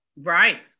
Right